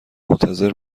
منتظر